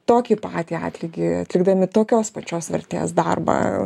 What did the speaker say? tokį patį atlygį atlikdami tokios pačios vertės darbą